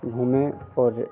घूमें और